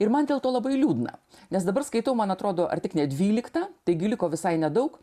ir man dėl to labai liūdna nes dabar skaitau man atrodo ar tik ne dvyliktą taigi liko visai nedaug